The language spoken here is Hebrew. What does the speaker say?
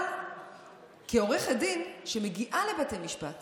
אבל כעורכת דין, שמגיעה לבתי משפט